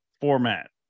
format